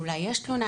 ואולי יש תלונה,